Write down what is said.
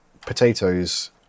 potatoes